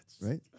right